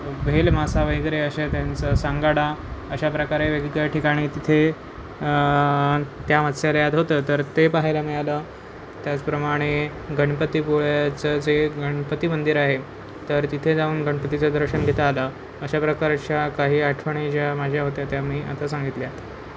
भेल मासा वगैरे अशा त्यांचं सांगाडा अशा प्रकारे वेगवेगळ्या ठिकाणी तिथे त्या मस्त्यालयात होतं तर ते पहायला मिळालं त्याचप्रमाणे गणपतीपुळ्याचं जे गणपती मंदिर आहे तर तिथे जाऊन गणपतीचं दर्शन घेता आलं अशा प्रकारच्या काही आठवणी ज्या माझ्या होत्या त्या मी आता सांगितल्या